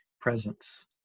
presence